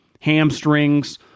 Hamstrings